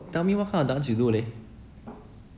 tell me what kind of dance you do leh